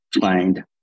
find